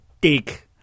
dig